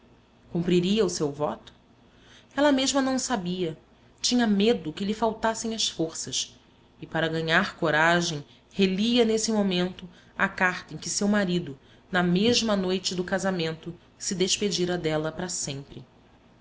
cumpriria o seu voto ela mesma não o sabia tinha medo que lhe faltassem as forças e para ganhar coragem relia nesse momento a carta em que seu marido na mesma noite do casamento se despedira dela para sempre